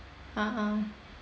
(uh huh)